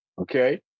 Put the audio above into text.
Okay